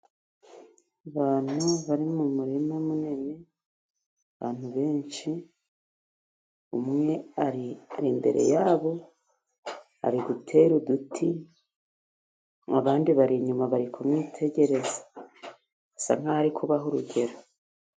Abantu bari mu murima munini, abantu benshi umwe ari imbere yabo ari guterare uduti, abandi bari inyuma bari kumwitegereza basa nk'aho ari kubaho urugero.